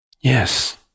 Yes